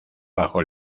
bajo